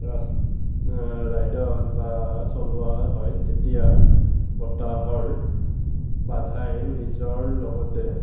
ৰাচ ৰাইডত বা চলোৱা হয় তেতিয়া বতাহৰ বাধাই নিজৰ লগতে